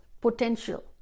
potential